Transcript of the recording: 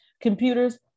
computers